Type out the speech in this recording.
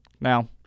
Now